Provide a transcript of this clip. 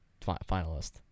finalist